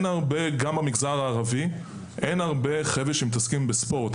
גם במגזר הערבי אין הרבה חבר'ה שמתעסקים בספורט.